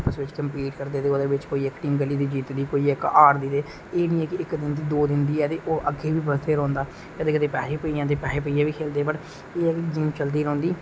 इक दूए गी कम्पीट करदे ते फ्ही इक टीम कोई जितदी कोई हारदी ते एह् नेईं हे कि इक दिन दी दो दिन दी है ते ओह् अग्गे बी बधदे रौंहदा कंदे कंदे पेसे पेई जंदे पेसे पाइयै बी खेलदे एह् हे कि गेम चलदी रौंहदी